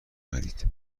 خرید